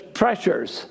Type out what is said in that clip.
pressures